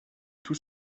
tout